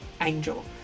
angel